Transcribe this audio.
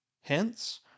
Hence